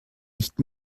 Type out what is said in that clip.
nicht